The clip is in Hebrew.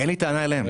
אין לי טענה אליהם,